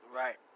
right